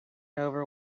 over